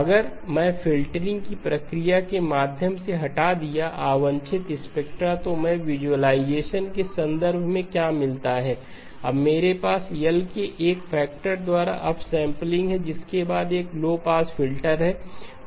अगर मैं फ़िल्टरिंग की प्रक्रिया के माध्यम से हटा दिया अवांछित स्पेक्ट्रा तो मैं विज़ुअलाइज़ेशन के संदर्भ में क्या मिलता है अब मेरे पास L के एक फैक्टरक्द्वारा अपसेंपलिंग है जिसके बाद एक लो पास फिल्टर है